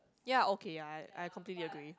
ya okay ya I I completely agree